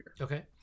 okay